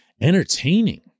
entertaining